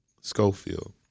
Schofield